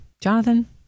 Jonathan